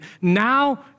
Now